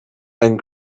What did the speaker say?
and